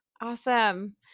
Awesome